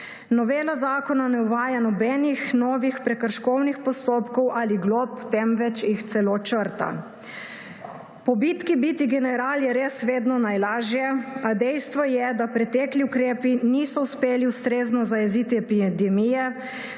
Novela zakona ne uvaja nobenih novih prekrškovnih postopkov ali glob, temveč jih celo črta. Po bitki biti general je res vedno najlažje, a dejstvo je, da pretekli ukrepi niso uspeli ustrezno zajeziti epidemije,